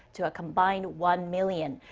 to a combined one-million.